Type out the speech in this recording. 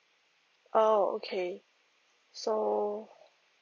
oh okay so